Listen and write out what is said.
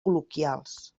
col·loquials